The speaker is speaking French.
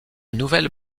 nouvelles